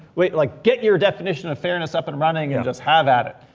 wait, like get your definition of fairness up and running and just have at it.